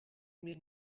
mir